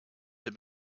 have